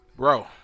Bro